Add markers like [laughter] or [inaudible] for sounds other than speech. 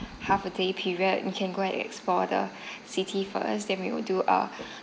half a day period you can go and explore the [breath] city for us then we'll do uh